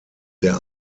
der